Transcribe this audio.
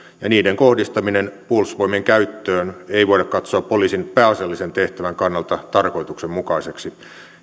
ja niiden kohdistamista puolustusvoimien käyttöön ei voida katsoa poliisin pääasiallisen tehtävän kannalta tarkoituksenmukaiseksi